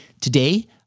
Today